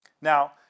Now